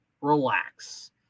relax